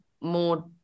more